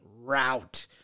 route